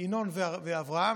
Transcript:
ינון ואברהם?